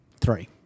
three